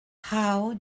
how